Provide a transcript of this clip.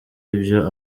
ibyo